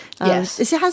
Yes